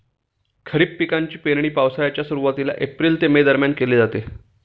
खरीप पिकांची पेरणी पावसाळ्याच्या सुरुवातीला एप्रिल ते मे दरम्यान केली जाते